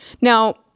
Now